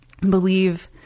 believe